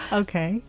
okay